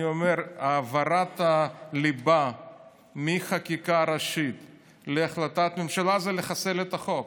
ואני אומר: העברת הליבה מחקיקה ראשית להחלטת ממשלה זה לחסל את החוק,